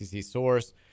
source